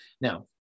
Now